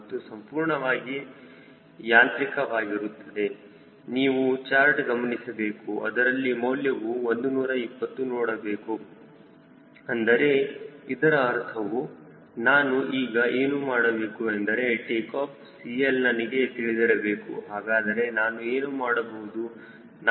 ಇದು ಸಂಪೂರ್ಣವಾಗಿ ಯಾಂತ್ರಿಕವಾಗಿರುತ್ತದೆ ನೀವು ಚಾರ್ಟ್ ಗಮನಿಸಬೇಕು ಅದರಲ್ಲಿ ಮೌಲ್ಯವು 120 ನೋಡಬೇಕು ಅಂದರೆ ಇದರ ಅರ್ಥವು ನಾನು ಈಗ ಏನು ಮಾಡಬೇಕು ಎಂದರೆ ಟೇಕಾಫ್ CL ನನಗೆ ತಿಳಿದಿರಬೇಕು ಹಾಗಾದರೆ ನಾನು ಏನು ಮಾಡಬಹುದು